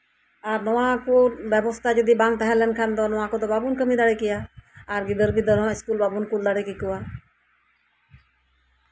ᱟᱨ ᱱᱚᱣᱟ ᱠᱚ ᱵᱮᱵᱚᱥᱛᱷᱟ ᱡᱚᱫᱤ ᱵᱟᱝ ᱛᱟᱸᱦᱮ ᱞᱮᱱᱠᱷᱟᱡ ᱫᱚ ᱵᱟᱵᱚᱱ ᱠᱟᱹᱢᱤ ᱫᱟᱲᱮ ᱠᱮᱭᱟ ᱜᱤᱫᱟᱹᱨ ᱯᱤᱫᱟᱹᱨ ᱦᱚᱸ ᱤᱥᱠᱩᱞ ᱵᱟᱵᱚᱱ ᱠᱩᱞ ᱫᱟᱲᱮ ᱠᱮᱠᱚᱣᱟ